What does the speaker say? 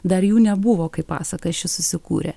dar jų nebuvo kai pasaka ši susikūrė